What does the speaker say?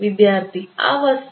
വിദ്യാർത്ഥി ആ വസ്തു